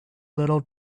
little